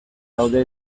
daude